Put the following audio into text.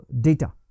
data